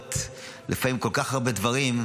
בתקשורת לפעמים כל כך הרבה דברים,